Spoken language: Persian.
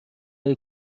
های